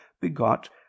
begot